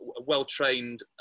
well-trained